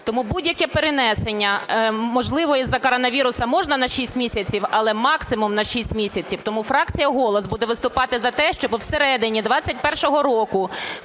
Тому будь-яке перенесення, можливо, із-за коронавіруса можна на 6 місяців, але максимум на 6 місяців. Тому фракція "Голос" буде виступати за те, щоб всередині 21-го року,